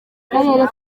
karere